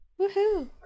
Woohoo